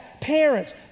Parents